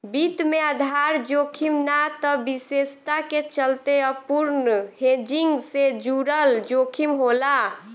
वित्त में आधार जोखिम ना त विशेषता के चलते अपूर्ण हेजिंग से जुड़ल जोखिम होला